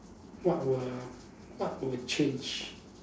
what will what would change